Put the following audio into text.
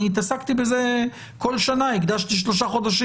אני התעסקתי בזה וכל שנה הקדשתי שלושה חודשים